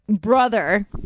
brother